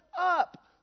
up